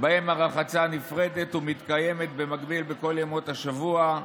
שבהם הרחצה נפרדת ומתקיימת במקביל בכל ימות השבוע,